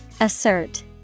Assert